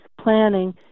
planning